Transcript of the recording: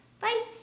Bye